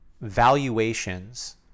valuations